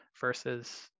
versus